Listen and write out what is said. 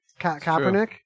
Kaepernick